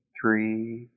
three